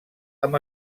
amb